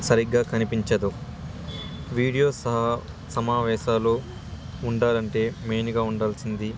సరిగ్గా కనిపించదు వీడియో సహా సమావేశాలు ఉండాలంటే మెయిన్గా ఉండాల్సింది